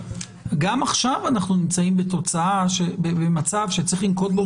גם עכשיו אנחנו נמצאים במצב שצריך לנקוט בו